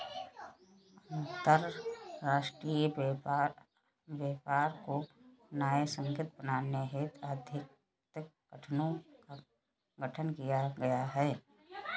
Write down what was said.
अंतरराष्ट्रीय व्यापार को न्यायसंगत बनाने हेतु आर्थिक संगठनों का गठन किया गया है